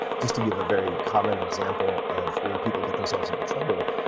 just to give a very common example of where people get themselves into trouble,